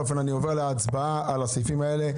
אני עובר להצבעה על הסעיפים האלה.